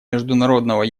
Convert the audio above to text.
международного